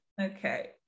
Okay